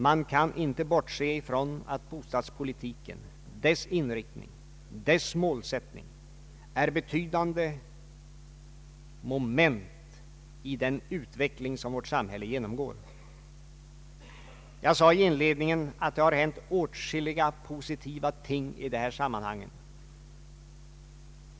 Man kan inte bortse ifrån att bostadspolitiken, dess inriktning och dess målsättning, är betydande moment i den utveckling som vårt samhälle genomgår. Jag sade i inledningen att det har hänt åtskilliga positiva ting i de här sammanhangen.